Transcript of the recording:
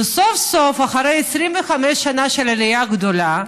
וסוף-סוף, אחרי 25 שנה של העלייה הגדולה,